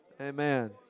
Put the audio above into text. Amen